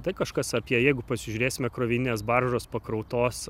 tai kažkas apie jeigu pasižiūrėsime krovininės baržos pakrautos